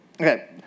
Okay